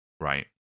right